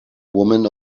woman